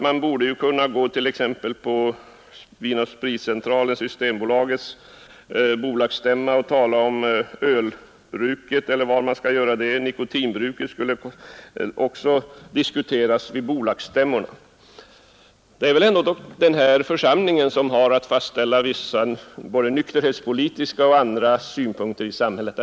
Men när herr Regnéll framhåller att man borde gå på Systembolagets bolagsstämma och tala om alkoholmissbruk — liksom på Tobaksbolagets bolagsstämma och tala om nikotinmissbruk — så vill jag erinra om att det väl är riksdagen som har att fastställa den nykterhetspolitik som skall föras i samhället.